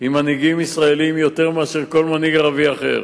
עם מנהיגים ישראלים יותר מכל מנהיג אחר.